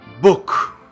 book